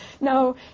No